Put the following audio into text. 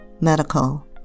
medical